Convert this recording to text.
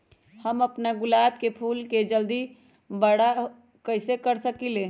हम अपना गुलाब के फूल के जल्दी से बारा कईसे कर सकिंले?